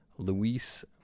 Luis